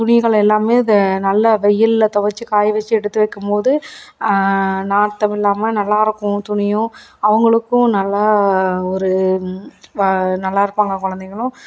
துணிகளை எல்லாமே இதை நல்லா வெயில்ல துவச்சி காய வச்சு எடுத்து வைக்கும்போது நாற்றம் இல்லாமல் நல்லாருக்கும் துணியும் அவங்களுக்கு நல்லா ஒரு வ நல்லா இருப்பாங்க குழந்தைங்களும்